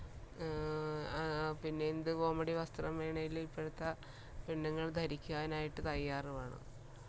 പിന്നെ എന്ത് കോമഡി വസ്ത്രം വേണമെങ്കിലും ഇപ്പോഴത്ത പെണ്ണുങ്ങൾ ധരിക്കാനായിട്ട് തയ്യാറുമാണ്